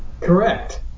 correct